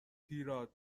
هیراد